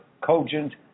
cogent